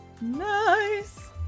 Nice